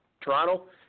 Toronto